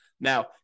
Now